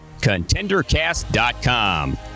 ContenderCast.com